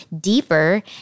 deeper